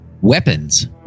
weapons